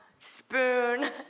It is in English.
Spoon